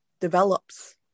develops